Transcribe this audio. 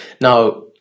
Now